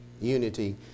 unity